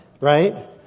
Right